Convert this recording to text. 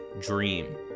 dream